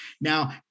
Now